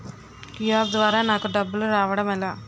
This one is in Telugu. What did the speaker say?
క్యు.ఆర్ ద్వారా నాకు డబ్బులు రావడం ఎలా?